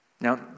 Now